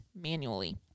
manually